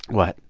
what?